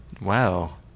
Wow